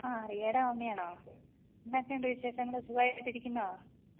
ആ റിയേടെ മമ്മിയാണോ എന്നാ ഒക്കെ ഉണ്ട് വിശേഷങ്ങൾ സുഖമായിട്ടിരിക്കുന്നോ